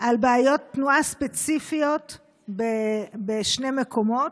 על בעיות תנועה ספציפיות בשני מקומות,